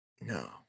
No